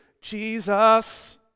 Jesus